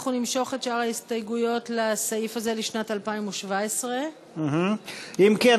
אנחנו נמשוך את שאר ההסתייגויות לסעיף הזה לשנת 2017. אם כן,